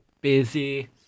busy